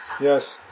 Yes